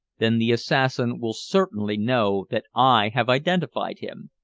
then the assassin will certainly know that i have identified him.